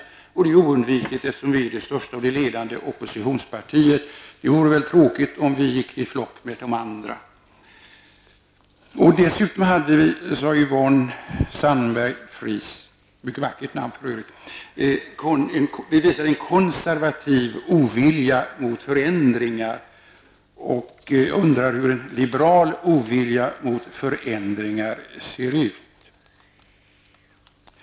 Detta är ju oundvikligt, eftersom moderata samlingspartiet är det största och ledande oppositionspartiet. Det vore väl tråkigt, om vi gick i flock med de andra. Dessutom sade Yvonne Sandberg-Fries -- ett mycket vackert namn för övrigt -- att moderata samlingspartiet visar en konservativ ovilja mot förändringar. Jag undrar hur en liberal ovilja mot förändringar ser ut.